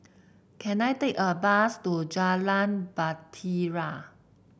can I take a bus to Jalan Bahtera